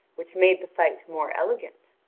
which made the fight more elegant.